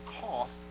cost